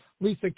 Lisa